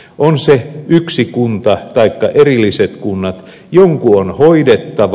on se yksi kunta taikka erilliset kunnat jonkun on hoidettava